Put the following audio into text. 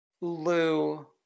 Lou